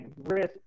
risk